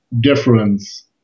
difference